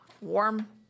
warm